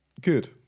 Good